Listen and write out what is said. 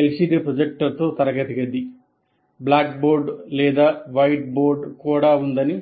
LCD ప్రొజెక్టర్తో తరగతి గది బ్లాక్ బోర్డ్ లేదా వైట్బోర్డ్ కూడా ఉందని